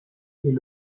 est